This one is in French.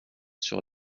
sur